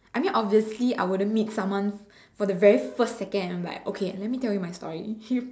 I mean obviously I wouldn't meet someone for the very first second and I'm like okay let me tell you my story